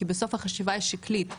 כי בסוף החשיבה היא שקלית.